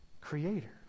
creator